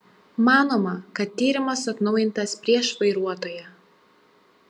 manoma kad tyrimas atnaujintas prieš vairuotoją